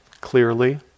clearly